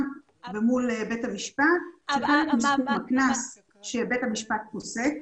ומול בית המשפט אחרי הקנס שבית המשפט פוסק,